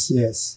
yes